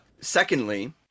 Secondly